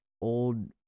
old